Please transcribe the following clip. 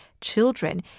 children